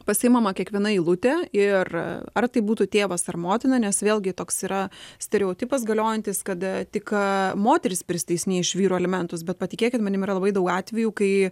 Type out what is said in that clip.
pasiimama kiekviena eilutė ir ar tai būtų tėvas ar motina nes vėlgi toks yra stereotipas galiojantis kad tik moterys prisiteisia iš vyro alimentus bet patikėkit manimi yra labai daug atvejų kai